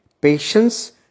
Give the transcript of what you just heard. patience